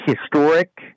historic